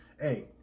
Hey